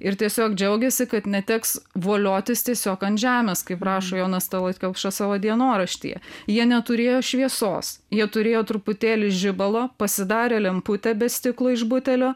ir tiesiog džiaugėsi kad neteks voliotis tiesiog ant žemės kaip rašo jonas tallat kelpša savo dienoraštyje jie neturėjo šviesos jie turėjo truputėlį žibalo pasidarė lemputę be stiklo iš butelio